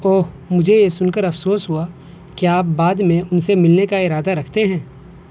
اوہ مجھے یہ سن کر افسوس ہوا کیا آپ بعد میں ان سے ملنے کا ارادہ رکھتے ہیں